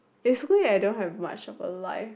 basically I don't have much of a life